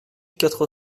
quatre